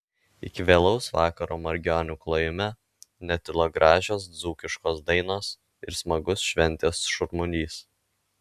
iki vėlaus vakaro margionių klojime netilo gražios dzūkiškos dainos ir smagus šventės šurmulys